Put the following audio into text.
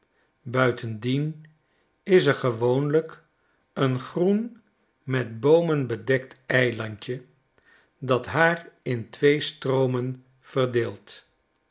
buitendien is er gewoonlijk een groen met boomen bedekt eilandje dat haar in twee stroomen verdeelt